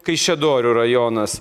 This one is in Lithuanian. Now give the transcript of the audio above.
kaišiadorių rajonas